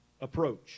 approach